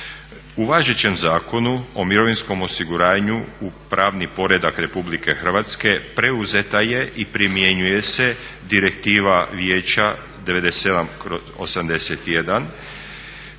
U važećem Zakonu o mirovinskom osiguranju u pravni poredak Republike Hrvatske preuzeta je i primjenjuje se Direktiva Vijeća 97/81